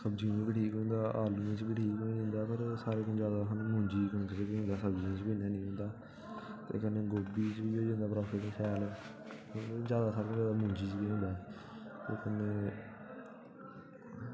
सब्ज़ी च बी ठीक होंदा आलू च बी ठीक होंदा पर सारे कोला जैदा मुंजी बाकी ते गोड्डी होंदी पर जादै फायदा मुंजी च गै होंदा ते कन्नै